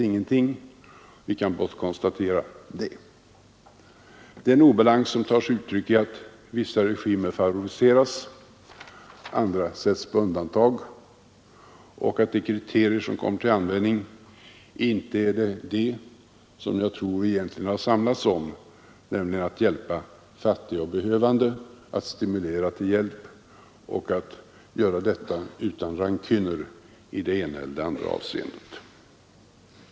Denna obalans tar sig uttryck i att vissa regimer favoriseras och att andra sätts på undantag samt i att de kriterier som kommer till användning inte är de som jag tror att vi egentligen har samlats omkring, nämligen att hjälpa fattiga och behövande, att stimulera till hjälp och att göra detta utan rancuner i det ena eller det andra avseendet.